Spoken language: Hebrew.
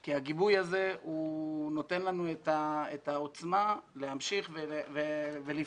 כי הגיבוי הזה נותן לנו את העוצמה להמשיך ולפעול